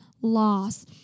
loss